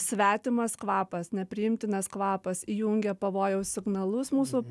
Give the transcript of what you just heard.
svetimas kvapas nepriimtinas kvapas įjungia pavojaus signalus mūsų